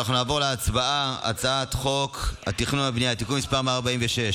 אנחנו נעבור להצבעה על הצעת חוק התכנון והבנייה (תיקון מס' 146),